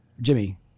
Jimmy